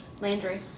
Landry